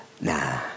nah